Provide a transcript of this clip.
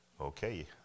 Okay